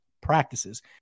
practices